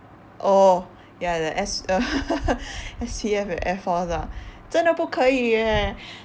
oh ya the S~ S_P_F and airforce ah 真的不可以 leh